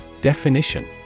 Definition